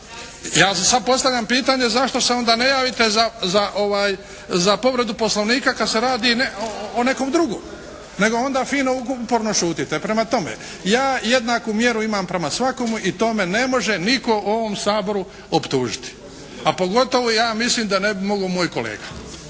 Ja sada postavljam pitanje zašto se onda ne javite za povredu poslovnika kad se radi o nekom drugom nego onda fino uporno šutite. Prema tome, ja jednaku mjeru imam prema svakome i to me ne može nitko u ovom Saboru optužiti, a pogotovo ja mislim da ne bi mogao moj kolega.